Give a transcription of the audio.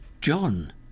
John